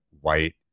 white